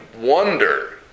wonder